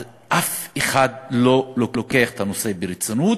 אבל אף אחד לא לוקח את הנושא ברצינות